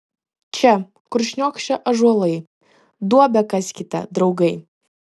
čia kur šniokščia ąžuolai duobę kaskite draugai